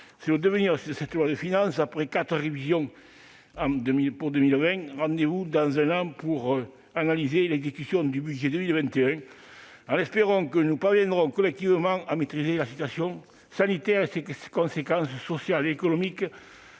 quatre révisions de la loi de finances initiale pour 2020. Rendez-vous dans un an pour analyser l'exécution du budget pour 2021, en espérant que nous parviendrons collectivement à maîtriser la situation sanitaire et ses conséquences sociales et économiques,